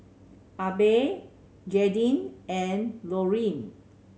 Abe Jaydin and Lorine